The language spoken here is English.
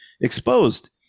exposed